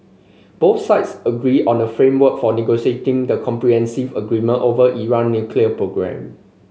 both sides agreed on the framework for negotiating the comprehensive agreement over Iran nuclear programme